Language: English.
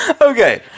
Okay